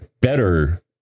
better